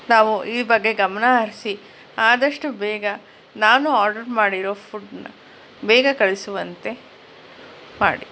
ತಾವು ಈ ಬಗ್ಗೆ ಗಮನ ಹರಿಸಿ ಆದಷ್ಟು ಬೇಗ ನಾನು ಆರ್ಡ್ರ್ ಮಾಡಿರೋ ಫುಡ್ನ ಬೇಗ ಕಳಿಸುವಂತೆ ಮಾಡಿ